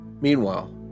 Meanwhile